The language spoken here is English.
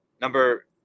number